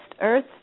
earth